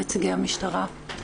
נציגי המשטרה,